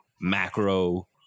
macro